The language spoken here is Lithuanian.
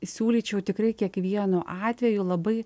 siūlyčiau tikrai kiekvienu atveju labai